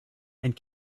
and